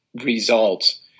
results